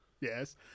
Yes